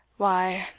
why,